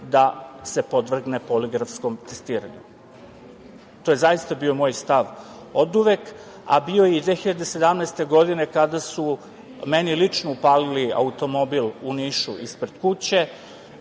da se podvrgne poligrafskom testiranju. To je zaista bio moj stav oduvek, a bio je i 2017. godine kada su meni lično upalili automobil u Nišu ispred kuće.